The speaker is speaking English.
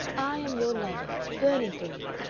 i am your lover, burning for you.